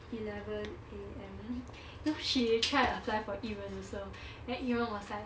eleven a_m you know she tried to apply for yi ren also then yi ren was like